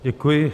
Děkuji.